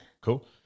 Cool